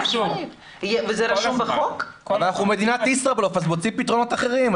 אנחנו מדינת ישראבלוף אז מוצאים פתרונות אחרים.